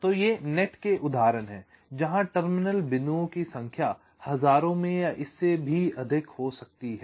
तो ये नेट के उदाहरण हैं जहां टर्मिनल बिंदुओं की संख्या हजारों में या इससे भी अधिक हो सकती है